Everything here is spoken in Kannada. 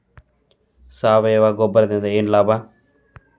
ಸಾವಯವ ಗೊಬ್ಬರದಿಂದ ಏನ್ ಲಾಭ?